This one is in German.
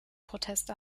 protest